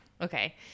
Okay